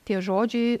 tie žodžiai